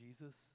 Jesus